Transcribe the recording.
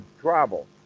travel